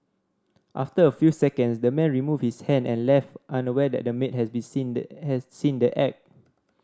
after a few seconds the man removed his hand and left unaware that the maid has been seen the has seen the act